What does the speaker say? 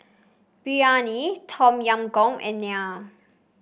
Biryani Tom Yam Goong and Naan